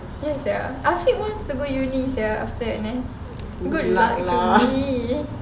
ya sia afiq wants to go uni sia after N_S go uni